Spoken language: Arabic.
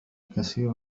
الكثير